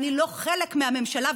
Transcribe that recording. אני לא חלק מהממשלה,